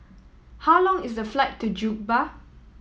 how long is the flight to Juba